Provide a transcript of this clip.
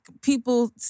people